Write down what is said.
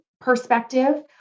perspective